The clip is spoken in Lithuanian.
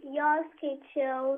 jo skaičiau